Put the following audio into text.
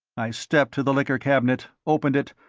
i stepped to the liquor cabinet, opened it,